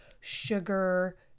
sugar